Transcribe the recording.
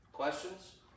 questions